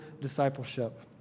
discipleship